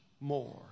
more